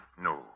No